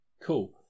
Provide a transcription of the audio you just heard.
Cool